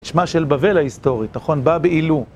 את שמה של בבל ההיסטורית, נכון? באב-אילום.